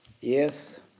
Yes